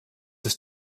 ist